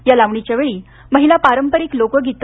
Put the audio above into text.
या लावणीच्या वेळी महिला पारंपरिक लोकगीत